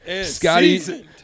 Scotty